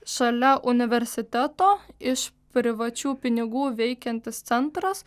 šalia universiteto iš privačių pinigų veikiantis centras